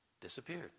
disappeared